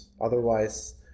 Otherwise